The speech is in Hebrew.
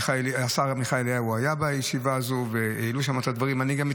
השר עמיחי אליהו היה בישיבה הזו והוא שמע את הדברים הללו.